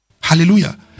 Hallelujah